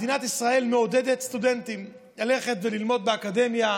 מדינת ישראל מעודדת סטודנטים ללכת ללמוד באקדמיה.